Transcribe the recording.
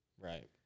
right